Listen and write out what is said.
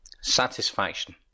Satisfaction